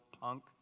punk